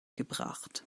gebracht